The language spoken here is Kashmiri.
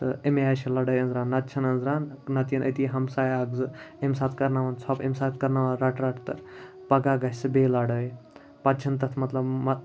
تہٕ امہِ آے چھِ لَڑٲے أنٛزران نَتہٕ چھَنہٕ أنٛزران نَتہٕ یِن أتی ہمساے اَکھ زٕ امہِ ساتہٕ کَرناوان ژھۄپہٕ امہِ ساتہٕ کَرناوَن رَٹہٕ رَٹہٕ تہٕ پَگاہ گژھِ بیٚیہِ لَڑٲے پَتہٕ چھِنہٕ تَتھ مطلب مہ